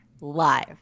live